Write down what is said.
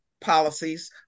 policies